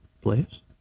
place